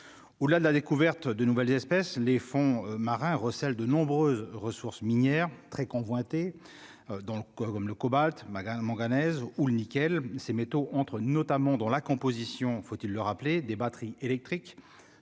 hou la la découverte de nouvelles espèces, les fonds marins recellent de nombreuses ressources minières, très convoité, donc comme le cobalt Maghreb manganèse ou le nickel ces métaux entre notamment dans la composition, faut-il le rappeler, des batteries électriques,